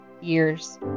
years